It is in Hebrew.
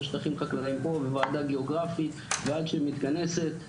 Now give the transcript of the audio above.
ושטחים חקלאיים פה וועדה גיאוגרפית ועד שהיא מתכנסת,